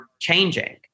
changing